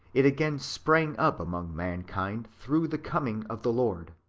it again sprang up among mankind through the coming of the lord.